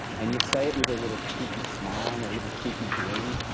and you say it with a little cheeky smile and a little cheeky grin,